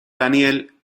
daniel